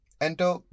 Enter